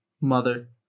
Mother